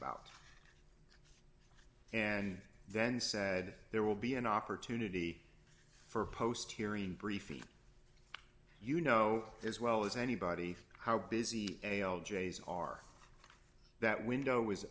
about and then said there will be an opportunity for post hearing briefly you know as well as anybody how busy a o'jays are that window